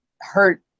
Hurt